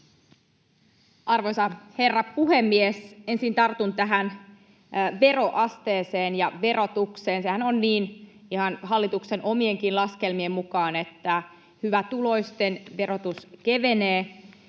Arvoisa herra puhemies! Ensin tartun veroasteeseen ja verotukseen. Sehän on niin ihan hallituksen omienkin laskelmien mukaan, että hyvätuloisten verotus kevenee